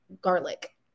garlic